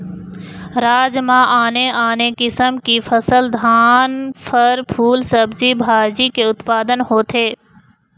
राज म आने आने किसम की फसल, धान, फर, फूल, सब्जी भाजी के उत्पादन होथे